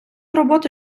роботи